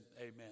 amen